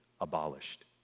abolished